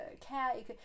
cat